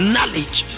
Knowledge